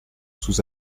sous